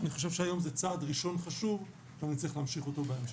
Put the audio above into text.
אני חושב שהיום זה צעד ראשון חשוב וצריך להמשיך אותו בהמשך.